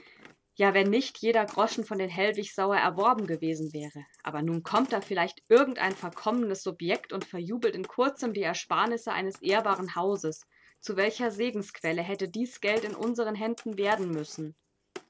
ja wenn nicht jeder groschen von den hellwigs sauer erworben gewesen wäre aber nun kommt da vielleicht irgend ein verkommenes subjekt und verjubelt in kurzem die ersparnisse eines ehrbaren hauses zu welcher segensquelle hätte dies geld in unseren händen werden müssen